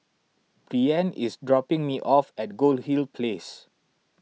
Breann is dropping me off at Goldhill Place